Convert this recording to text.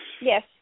yes